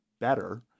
better